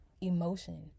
emotion